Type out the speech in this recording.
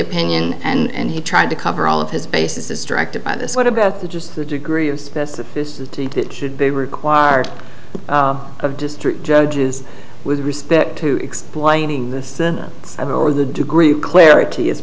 opinion and he tried to cover all of his bases distracted by this what about the just the degree of specificity that should be required of district judges with respect to explaining this i will with a degree of clarity is